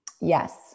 Yes